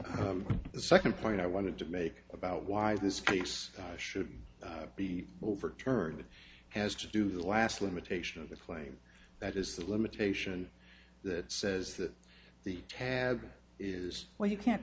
but the second point i wanted to make about why this case should be overturned it has to do the last limitation of the claim that is the limitation that says that he had is well you can't